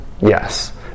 Yes